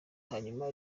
hanyuma